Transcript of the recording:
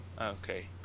okay